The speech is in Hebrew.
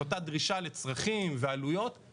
אפשר גם לפתור רק את הבעיות של הבלונדינים או רק את הבעיות של